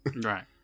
right